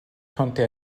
konnte